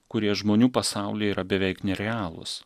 kurie žmonių pasauly yra beveik nerealūs